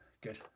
Good